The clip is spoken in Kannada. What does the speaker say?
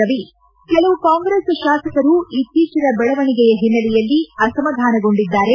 ರವಿ ಕೆಲವು ಕಾಂಗ್ರೆಸ್ ಶಾಸಕರು ಇತ್ತೀಚಿನ ಬೆಳವಣಿಗೆಯ ಹಿನ್ನೆಲೆಯಲ್ಲಿ ಅಸಮಾಧಾನ ಗೊಂಡಿದ್ದಾರೆ